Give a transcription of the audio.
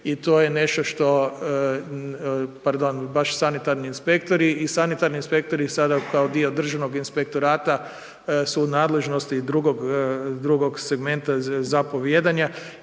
i to je nešto što, pardon, baš sanitarni inspektori, i sanitarni inspektori sada kao dio Državnog inspektorata su u nadležnosti drugog segmenta zapovijedanja